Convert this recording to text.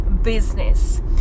business